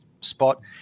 spot